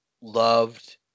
loved